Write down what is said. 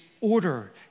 order